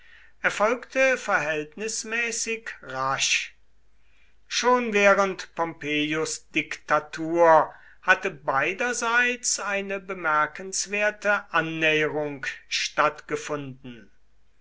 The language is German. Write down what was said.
erfolgte verhältnismäßig rasch schon während pompeius diktatur hatte beiderseits eine bemerkenswerte annäherung stattgefunden